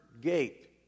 gate